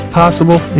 possible